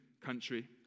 country